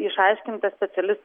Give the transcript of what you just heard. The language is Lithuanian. išaiškinta specialis